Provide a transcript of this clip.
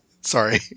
Sorry